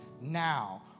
now